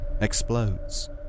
explodes